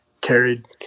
carried